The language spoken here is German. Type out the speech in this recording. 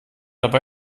aber